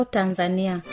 Tanzania